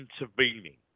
intervening